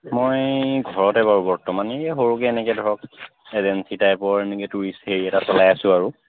মই ঘৰতে বাৰু বৰ্তমান এই সৰুকৈ এনেকৈ ধৰক এজেঞ্চি টাইপৰ এনেকৈ টুৰিষ্ট হেৰি এটা চলাই আছো আৰু